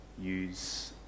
use